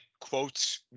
quotes